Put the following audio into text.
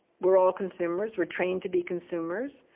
we're all consumers. we're trained to be consumers.